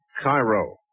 Cairo